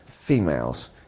females